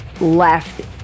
Left